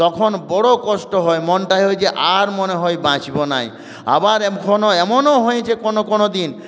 তখন বড় কষ্ট হয় মনটায় হয় যে আর মনে হয় বাঁচব না আবার এখনও এমনও হয়েছে কোনও কোনও দিন